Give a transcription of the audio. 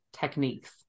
techniques